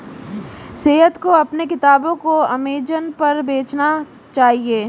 सैयद को अपने किताबों को अमेजन पर बेचना चाहिए